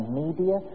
media